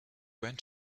went